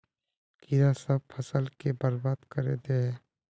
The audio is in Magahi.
कीड़ा सब फ़सल के बर्बाद कर दे है?